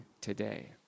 today